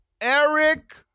Eric